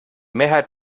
mehrheit